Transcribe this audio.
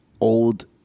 old